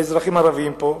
האזרחים הערבים פה.